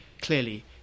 clearly